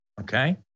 okay